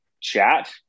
chat